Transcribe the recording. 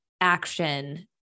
action